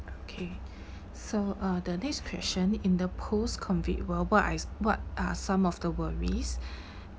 okay so uh the next question in the post-COVID world what I what are some of the worries